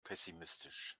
pessimistisch